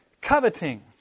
coveting